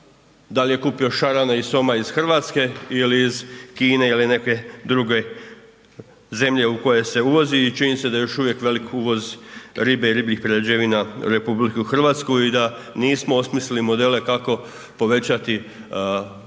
da li je kupio šarana i soma iz Hrvatske ili iz Kine ili neke druge zemlje u koje se uvozi i čini se da još uvijek velik uvoz ribe i ribljih prerađevina RH i da nismo osmislili modele kako povećati zaštitu